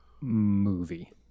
Movie